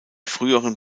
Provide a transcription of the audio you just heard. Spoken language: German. früheren